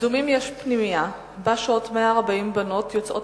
בקדומים יש פנימייה שבה שוהות 140 בנות יוצאות